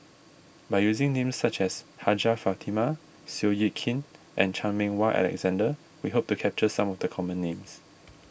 by using names such as Hajjah Fatimah Seow Yit Kin and Chan Meng Wah Alexander we hope to capture some of the common names